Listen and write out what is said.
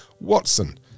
Watson